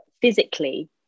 physically